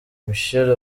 michelle